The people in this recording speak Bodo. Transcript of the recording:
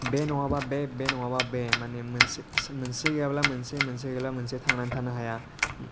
बे नङाबा बे बे नङाबा बे माने मोनसे मोनसे गैयाब्ला मोनसे मोनसे गैयाब्ला मोनसे थांनानै थानो हाया